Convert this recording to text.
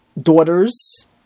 daughters